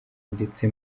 ndetse